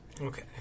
Okay